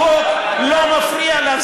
החוק לא מפריע לך,